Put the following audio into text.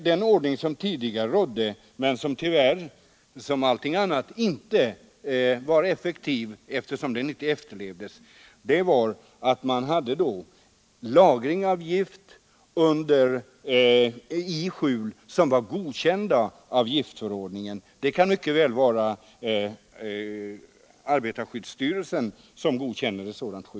Den ordning som tidigare rådde men som tyvärr inte var effektiv eftersom bestämmelserna inte efterlevdes innebar att giftet skulle förvaras i skjul, som var godkända av giftnämnden enligt bestämmelser i giftförordningen. Man skulle mycket väl kunna tänka sig att ha en sådan bestämmelse och att skjulet godkänns av arbetarskyddsstyrelsen.